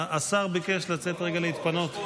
השר ביקש לצאת רגע להתפנות.